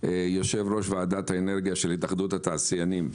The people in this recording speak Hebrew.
יושב-ראש ועדת האנרגיה של התאחדות התעשיינים.